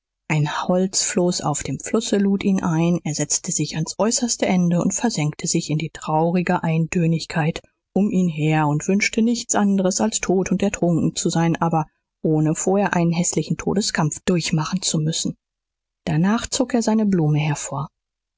ein holzfloß auf dem flusse lud ihn ein er setzte sich ans äußerste ende und versenkte sich in die traurige eintönigkeit um ihn her und wünschte nichts anderes als tot und ertrunken zu sein aber ohne vorher einen häßlichen todeskampf durchmachen zu müssen danach zog er seine blume hervor